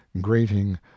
grating